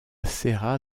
serra